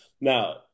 Now